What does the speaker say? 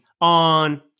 on